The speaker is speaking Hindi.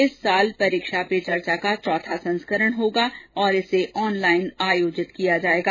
इस वर्ष परीक्षा पे चर्चा का चौथा संस्करण होगा और इसे ऑनलाइन आयोजित किया जाएगा